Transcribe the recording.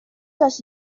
les